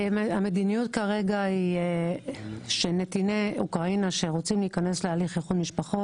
המדיניות כרגע היא שנתיני אוקראינה שרוצים להיכנס להליך איחוד משפחות